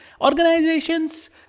organizations